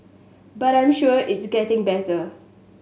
but I'm sure it's getting better